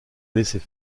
laissait